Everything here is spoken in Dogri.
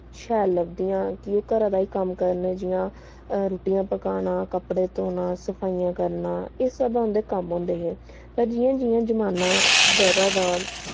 शैल लब्भदियां कि ओह् घरा दा गै कम्म करन जि'यां रुट्टियां पकाना कपड़े धोना सफाइयां करना एह् सब उं'दे कम्म होंदे हे पर जि'यां जि'यां जमाना बधदा